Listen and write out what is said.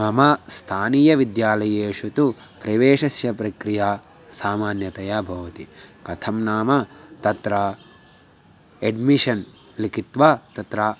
मम स्थानीयविद्यालयेषु तु प्रवेशस्य प्रक्रिया सामान्यतया भवति कथं नाम तत्र एड्मिषन् लिखित्वा तत्र